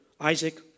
Isaac